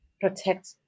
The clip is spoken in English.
protect